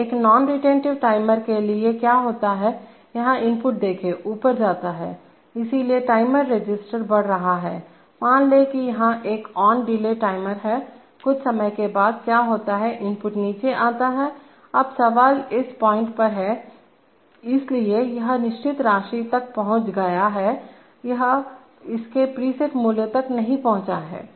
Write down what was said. तो एक non retentive timer के लिए क्या होता हैयहाँ इनपुट देखें ऊपर जाता है इसलिए टाइम रजिस्टर बढ़ रहा है मान लें कि यह एक ऑन डिले टाइमर है कुछ समय के बाद क्या होता है इनपुट नीचे आता है अब सवाल इस पॉइंट पर है इसलिए यह निश्चित राशि तक पहुंच गया है यह उसके प्रीसेट मूल्य तक नहीं पहुंचा है